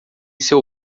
seu